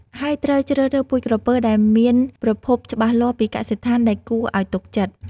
ហើយត្រូវជ្រើសរើសពូជក្រពើដែលមានប្រភពច្បាស់លាស់ពីកសិដ្ឋានដែលគួរឲ្យទុកចិត្ត។